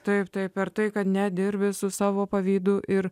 taip taip ir tai kad nedirbi su savo pavydu ir